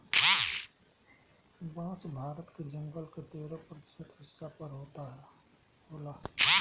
बांस भारत के जंगल के तेरह प्रतिशत हिस्सा पर होला